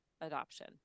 adoption